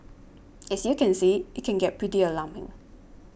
as you can see it can get pretty alarming